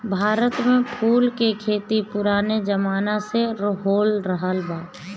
भारत में फूल के खेती पुराने जमाना से होरहल बा